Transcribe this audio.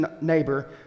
neighbor